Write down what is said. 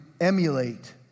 emulate